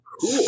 cool